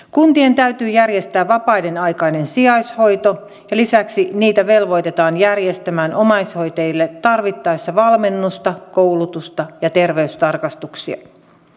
kuntien täytyy järjestää vapaiden aikainen sijaishoito ja lisäksi niitä velvoitetaan järjestämään omaishoitajille tarvittaessa valmennusta koulutusta ja terveystarkastuksia